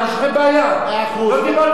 לא דיברתי בנושא הזה בכלל.